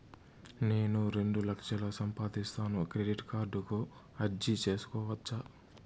నేను రెండు లక్షలు సంపాదిస్తాను, క్రెడిట్ కార్డుకు అర్జీ సేసుకోవచ్చా?